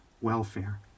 welfare